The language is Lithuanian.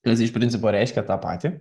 kas iš principo reiškia tą patį